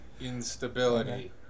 instability